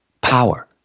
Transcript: power